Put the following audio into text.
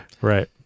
Right